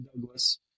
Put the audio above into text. douglas